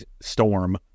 Storm